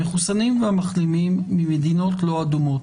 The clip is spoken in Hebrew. המחוסנים והמחלימים ממדינות לא אדומות,